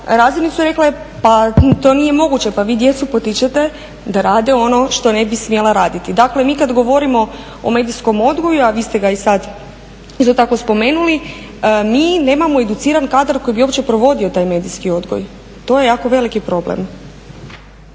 razrednicu i rekla je pa to nije moguće, pa vi djecu potičete da rade ono što ne bi smjela raditi. Dakle mi kad govorimo o medijskom odgoju, a vi ste ga i sad isto tako spomenuli, mi nemamo educiran kadar koji bi uopće provodio taj medijski odgoj. To je jako veliki problem.